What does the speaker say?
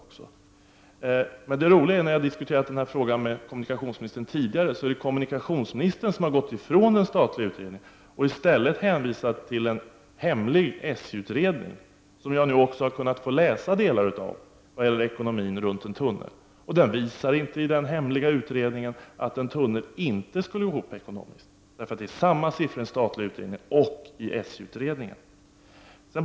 När jag har diskuterat denna fråga med kommunikationsministern tidigare, är det kommunikationsministern som har gått ifrån den statliga utredningen och i stället hänvisat till en hemlig SJ-utredning. Nu har jag också kunnat få läsa delar av den, när det gäller ekonomin med en tunnel. Den hemliga utredningen visar inte att en tunnel inte skulle gå ihop ekonomiskt. Det är nämligen samma siffror i den statliga utredningen som i SJ-utredningen.